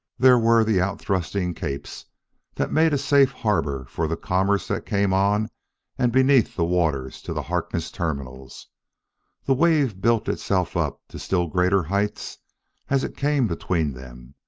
there were the out-thrusting capes that made a safe harbor for the commerce that came on and beneath the waters to the harkness terminals the wave built itself up to still greater heights as it came between them.